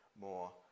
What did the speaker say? more